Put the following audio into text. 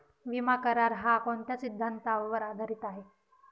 विमा करार, हा कोणत्या सिद्धांतावर आधारीत आहे?